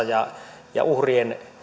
ja ja uhrien